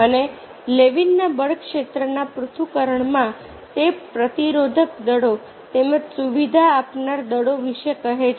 અને લેવિનના બળ ક્ષેત્રના પૃથ્થકરણમાં તે પ્રતિરોધક દળો તેમજ સુવિધા આપનાર દળો વિશે કહે છે